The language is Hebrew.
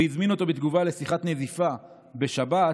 והזמין אותו בתגובה לשיחת נזיפה בשבת,